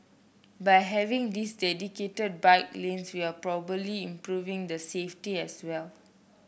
by having these dedicated bike lanes we're probably improving the safety as well